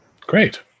Great